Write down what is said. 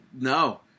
No